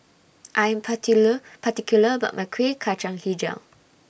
I Am particular about My Kueh Kacang Hijau